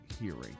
hearing